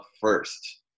first